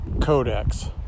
codex